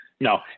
No